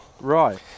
Right